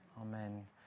Amen